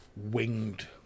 winged